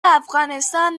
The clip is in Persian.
افغانستان